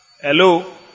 hello